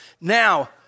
Now